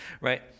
right